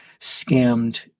scammed